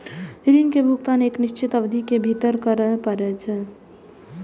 ऋण के भुगतान एक निश्चित अवधि के भीतर करय पड़ै छै